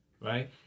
right